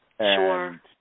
Sure